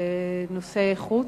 זה נושא חוץ.